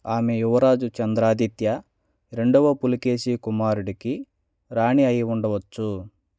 ఆమె యువరాజు చంద్రాదిత్య రెండవ పులకేశి కుమారుడుకి రాణి అయి ఉండవచ్చు